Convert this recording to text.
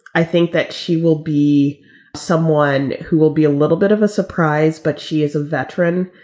i think that she will be someone who will be a little bit of a surprise. but she is a veteran.